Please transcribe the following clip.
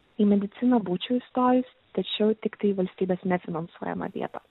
į mediciną būčiau įstojusi tačiau tiktai į valstybės nefinansuojamą vietą